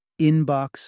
Inbox